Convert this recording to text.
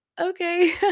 okay